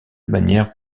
manière